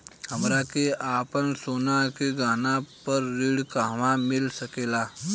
हमरा के आपन सोना के गहना पर ऋण कहवा मिल सकेला?